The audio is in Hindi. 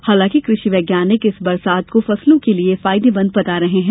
हालांकि कृषि वैज्ञानिक इस बारिश को फसलों के लिए फायदेमंद बता रहे हैं